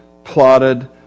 plotted